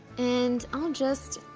and i'll just, ah,